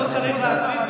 לא צריך להתריס,